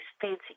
fancy